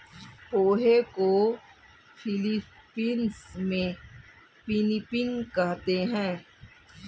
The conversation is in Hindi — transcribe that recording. पोहे को फ़िलीपीन्स में पिनीपिग कहते हैं